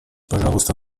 пожалуйста